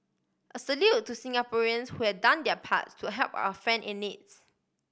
a salute to Singaporeans who had done their parts to help our friend in needs